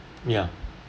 ya